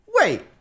Wait